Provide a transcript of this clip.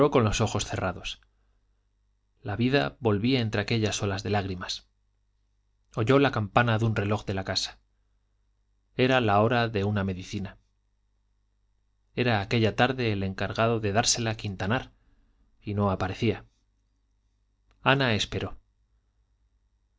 con los ojos cerrados la vida volvía entre aquellas olas de lágrimas oyó la campana de un reloj de la casa era la hora de una medicina era aquella tarde el encargado de dársela quintanar y no aparecía ana esperó